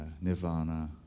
Nirvana